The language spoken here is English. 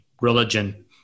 religion